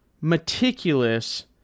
meticulous